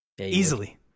Easily